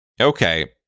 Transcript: Okay